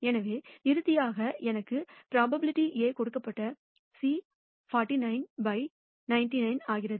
எனவே இறுதியாக எனக்கு P கொடுக்கப்பட்ட C 49 by 99 ஆகிறது